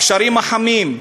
הקשרים החמים,